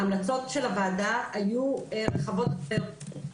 ההמלצות של הוועדה היו רחבות הרבה יותר.